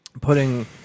putting